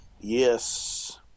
Yes